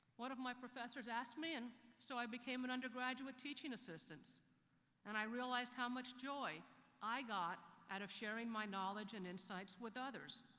one of my professors asked me and so i became an undergraduate teaching assistant and i realized how much joy i got out of sharing my knowledge and insights with others.